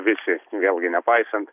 visi vėlgi nepaisant